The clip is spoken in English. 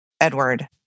Edward